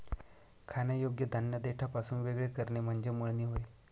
खाण्यायोग्य धान्य देठापासून वेगळे करणे म्हणजे मळणी होय